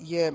je